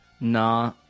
Nah